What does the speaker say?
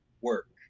work